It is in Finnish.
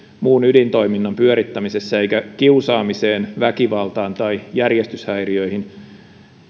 muun ydintoiminnan pyörittämisessä eikä kiusaamiseen väkivaltaan tai järjestyshäiriöihin